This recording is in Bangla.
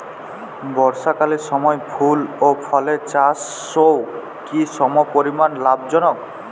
বর্ষাকালের সময় ফুল ও ফলের চাষও কি সমপরিমাণ লাভজনক?